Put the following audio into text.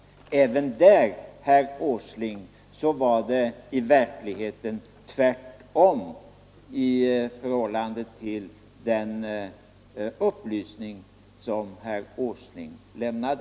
Även där, herr Åsling, var det i verkligheten tvärtemot den upplysning som herr Åsling lämnade.